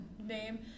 name